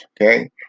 Okay